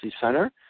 Center